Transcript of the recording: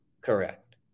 Correct